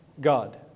God